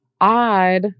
odd